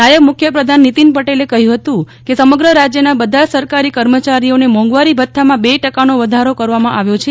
નાયબ મુખ્યમંત્રી નીતિનભાઈ પટેલે કહ્યું કે સમગ્ર રાજ્યના બધા જ સરકારી કર્મચારીઓના મોંઘવારી ભથ્થામાં બે ટકા વધારો કરવામાં આવ્યો છે